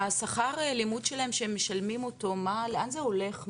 השכר לימוד שלהם שהם משלמים אותו, מה לאן זה הולך?